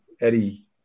Eddie